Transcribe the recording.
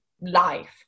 life